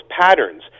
patterns